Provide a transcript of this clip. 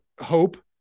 hope